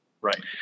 Right